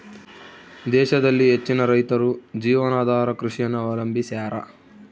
ದೇಶದಲ್ಲಿ ಹೆಚ್ಚಿನ ರೈತರು ಜೀವನಾಧಾರ ಕೃಷಿಯನ್ನು ಅವಲಂಬಿಸ್ಯಾರ